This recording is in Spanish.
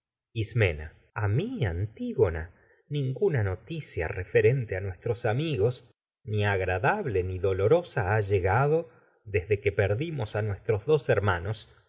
ismena a te nuestros mi antígona ninguna noticia referen a amigos ni perdimos se agradable a ni dolorosa ha lle gado'desde en un que nuestros dos hermanos